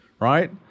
right